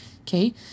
Okay